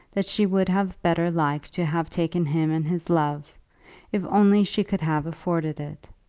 that she would have better liked to have taken him and his love if only she could have afforded it.